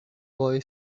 boy